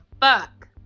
fuck